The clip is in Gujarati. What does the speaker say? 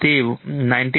તે 19